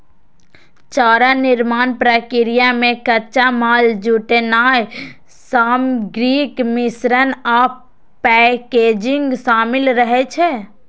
चारा निर्माण प्रक्रिया मे कच्चा माल जुटेनाय, सामग्रीक मिश्रण आ पैकेजिंग शामिल रहै छै